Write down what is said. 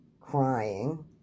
crying